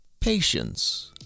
patience